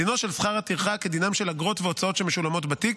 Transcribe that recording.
דינו של שכר הטרחה כדינם של אגרות והוצאות שמשולמות בתיק,